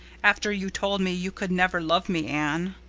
after you told me you could never love me, anne.